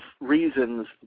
reasons